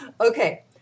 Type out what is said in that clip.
Okay